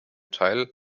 teil